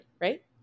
right